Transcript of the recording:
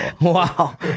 Wow